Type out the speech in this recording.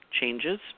changes